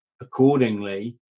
accordingly